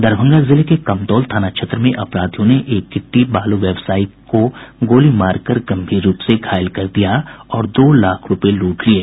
दरभंगा जिले के कमतौल थाना क्षेत्र में अपराधियों ने एक गिट्टी बालू व्यवसायी का गोलीमार कर गम्भीर रूप से घायल कर दिया और दो लाख रूपये लूट लिये